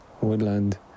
woodland